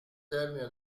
termine